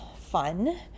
fun